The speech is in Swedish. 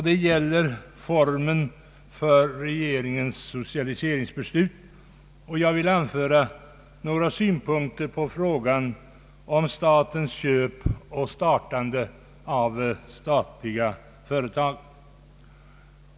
Det gäller formen för regeringens socialiseringsbeslut, och jag vill anföra några synpunkter på frågan om statens köp och startande av statliga företag.